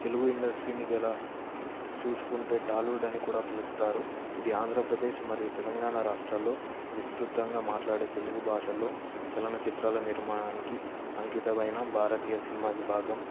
తెలుగు ఇండస్ట్రీనీ గల చూసుకుంటే టాలీవుడ్ అని కూడా పిలుస్తారు ఇది ఆంద్రప్రదేశ్ మరియు తెలంగాణా రాష్ట్రాల్లో మాట్లాడే తెలుగు భాషల్లో చలన చిత్రాల నిర్మాణానికి అంకితమైన భారతీయ సినిమాకి భాగం